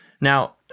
Now